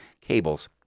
cables